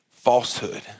falsehood